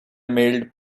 mailed